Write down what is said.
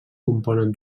componen